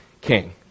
king